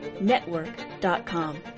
NETWORK.com